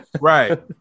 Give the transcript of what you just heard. right